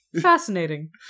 fascinating